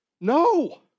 No